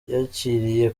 yakiriye